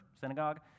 synagogue